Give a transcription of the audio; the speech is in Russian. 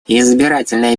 избирательные